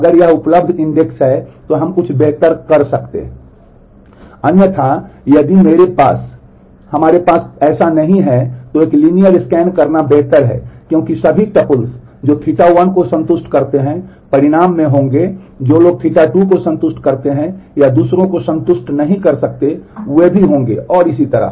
अन्यथा यदि हमारे पास ऐसा नहीं है तो एक लीनियर स्कैन करना बेहतर है क्योंकि सभी tuples जो Ɵ1 को संतुष्ट करते हैं परिणाम में होंगे जो लोग Ɵ2 को संतुष्ट करते हैं या दूसरों को संतुष्ट नहीं कर सकते हैं वे भी होंगे और इसी तरह